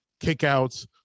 kickouts